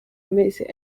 amezi